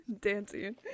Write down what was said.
dancing